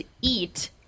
eat